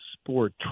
sport